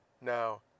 Now